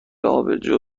آبجو